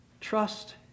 Trust